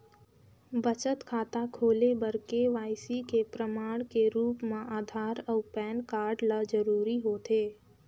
बचत खाता खोले बर के.वाइ.सी के प्रमाण के रूप म आधार अऊ पैन कार्ड ल जरूरी होथे